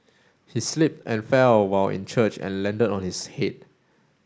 he slipped and fell while in church and landed on his head